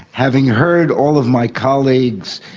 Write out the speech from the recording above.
having heard all of my colleagues,